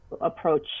approach